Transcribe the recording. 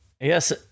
Yes